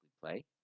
play